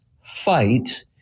fight